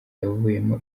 yavuyemo